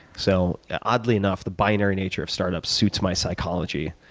so oddly enough, the binary nature of startups suits my psychology